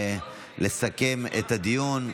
לסכם את הדיון,